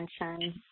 attention